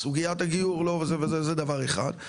סוגיית הגיור, זה דבר אחד.